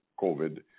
COVID